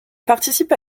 participe